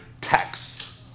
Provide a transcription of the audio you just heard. tax